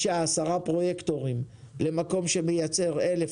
5-10 פרויקטורים למקום שמייצר 1,000,